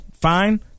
fine